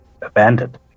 abandoned